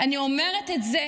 אני אומרת את זה